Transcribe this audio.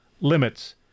limits